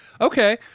Okay